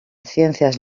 ciencias